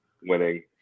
winning